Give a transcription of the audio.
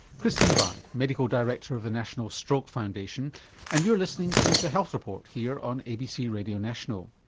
chris levi, medical director of the national stroke foundation and you're listening to the health report here on abc radio national.